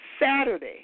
Saturday